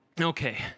Okay